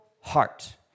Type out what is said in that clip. heart